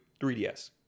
3ds